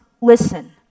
listen